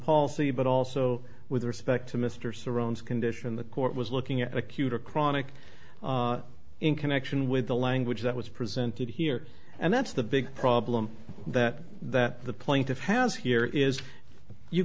policy but also with respect to mr surrounds condition the court was looking at acute or chronic in connection with the language that was presented here and that's the big problem that the plaintiff has here is you